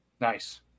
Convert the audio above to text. Nice